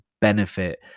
benefit